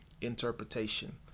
interpretation